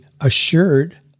assured